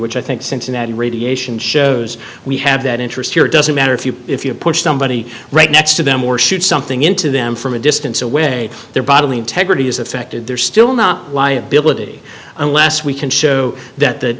which i think cincinnati radiation shows we have that interest here it doesn't matter if you if you push somebody right next to them or shoot something into them from a distance away their bodily integrity is affected there's still not liability unless we can show that the